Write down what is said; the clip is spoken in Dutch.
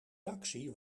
taxi